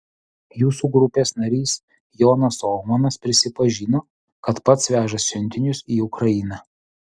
jūsų grupės narys jonas ohmanas prisipažino kad pats veža siuntinius į ukrainą